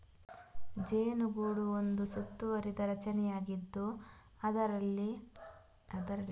ಜೇನುಗೂಡು ಒಂದು ಸುತ್ತುವರಿದ ರಚನೆಯಾಗಿದ್ದು, ಇದರಲ್ಲಿ ಅಪಿಸ್ ಉಪ ಕುಲದ ಕೆಲವು ಜೇನುಹುಳುಗಳು ವಾಸಿಸುತ್ತವೆ